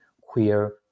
queer